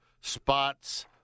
spots